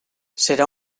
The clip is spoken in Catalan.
serà